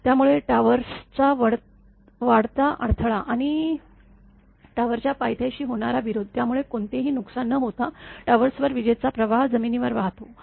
त्यामुळे टॉवर्सचा वाढता अडथळा आणि टॉवरच्या पायथ्याशी होणारा विरोध यामुळे कोणतेही नुकसान न होता टॉवर्सवर विजेचा प्रवाह जमिनीवर वाहतो